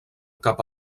cap